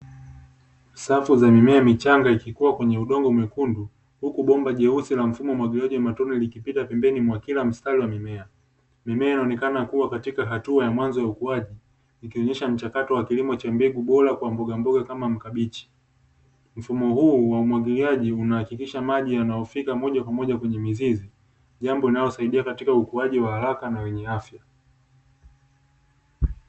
Safu za mimea michanga ikikuwa kwenye udongo mwekundu, huku bomba jeusi la mfumo wa umwagiliaji kwa matone, likipita pembeni mwa kila mstari wa mimea, mimea inaonekana kuwa katika hatua ya mwanzo ya ukuaji ikionyesha mchakato wa kilimo cha mbegu bora kwa mbogamboga kama kabichi; mfumo huu wa umwagiliaji unahakikisha maji yanayofika moja kwa moja kwenye mizizi jambo linalosaidia katika ukuaji wa haraka na wenye afya.